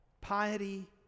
Piety